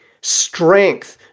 strength